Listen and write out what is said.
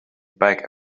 back